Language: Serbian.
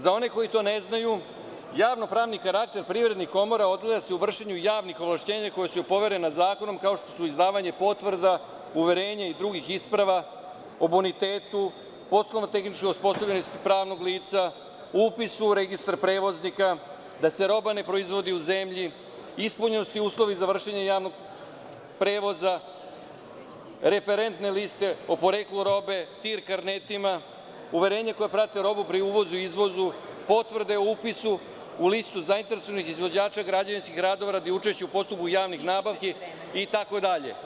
Za one koji to ne znaju, javno-pravni karakter privrednih komora ogleda se u vršenju javnih ovlašćenja koja su joj poverena zakonom, kao što su izdavanje potvrda, uverenja i drugih isprava o bonitetu, poslovno-tehničkoj osposobljenosti pravnog lica, upis u registar prevoznika, da se roba ne proizvodi u zemlji, ispunjenost i uslovi za vršenje javnog prevoza, referentne liste o poreklu robe TIR karnetima, uverenja koja prate robu pri uvozu i izvozu, potvrde o upisu u listu zainteresovanih izvođača građevinskih radova radi učešća u postupku javnih nabavki itd.